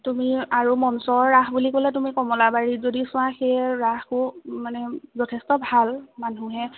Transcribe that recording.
তুমি আৰু মঞ্চৰ ৰাস বুলি ক'লে তুমি কমলাবাৰীত যদি চোৱা সেই ৰাসো মানে যথেষ্ট ভাল মানুহে